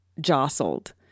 jostled